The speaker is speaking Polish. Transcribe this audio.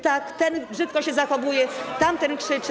Tak, ten brzydko się zachowuje, tamten krzyczy.